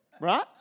Right